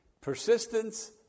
persistence